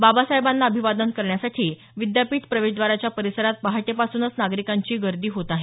बाबासाहेबांना अभिवादन करण्यासाठी विद्यापीठ प्रवेशद्वाराच्या परिसरात पहाटेपासूनच नागरिकांची गर्दी होत आहे